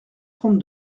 trente